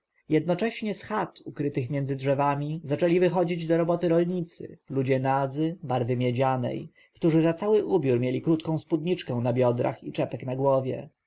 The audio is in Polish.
jednocześnie z chat ukrytych między drzewami zaczęli wychodzić do roboty rolnicy ludzie nadzy barwy miedzianej którzy za cały ubiór mieli krótką spódniczkę na biodrach i czepek na głowie